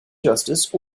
justice